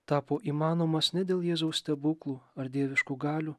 tapo įmanomas ne dėl jėzaus stebuklų ar dieviškų galių